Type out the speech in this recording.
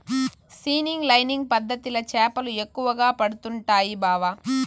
seining lining పద్ధతిల చేపలు ఎక్కువగా పడుతండాయి బావ